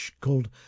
called